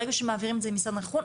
ברגע שמעבירים את זה למשרד החינוך,